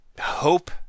hope